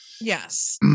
Yes